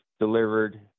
delivered